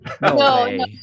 no